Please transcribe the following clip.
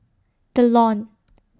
The Lawn